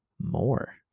more